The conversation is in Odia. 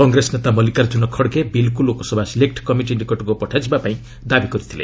କଂଗ୍ରେସ ନେତା ମଲ୍ଲିକାର୍ଜୁନ ଖଡଗେ ବିଲ୍କୁ ଲୋକସଭା ସିଲେକ୍ଟ କମିଟି ନିକଟକୁ ପଠାଯିବା ପାଇଁ ଦାବି କରିଛନ୍ତି